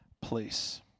place